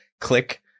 click